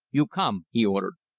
you come, he ordered,